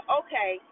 okay